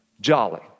jolly